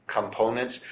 components